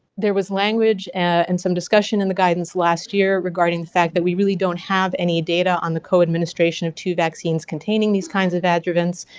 there was language and some discussion in the guidance last year regarding the fact that we really don't have any data on the co-administration of two vaccines containing these kind of adjuvants.